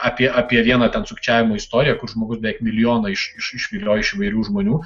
apie apie vieną ten sukčiavimo istoriją kur žmogus beveik milijoną iš išviliojo iš įvairių žmonių